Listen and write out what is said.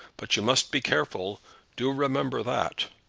but you must be careful do remember that.